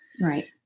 Right